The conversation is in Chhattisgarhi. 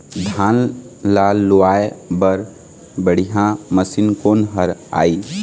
धान ला लुआय बर बढ़िया मशीन कोन हर आइ?